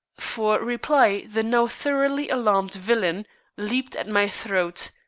for reply the now thoroughly alarmed villain leaped at my throat.